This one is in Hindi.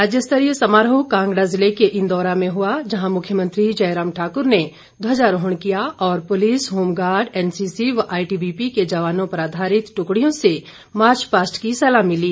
राज्य स्तरीय समारोह कांगड़ा ज़िले के इंदौरा में हुआ जहां मुख्यमंत्री जयराम ठाकुर ने ध्वजारोहण किया और पुलिस होमगार्ड एनसीसी व आईटीबीपी के जवानों पर आधारित दुकड़ियों से मार्चपास्ट की सलामी ली